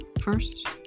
First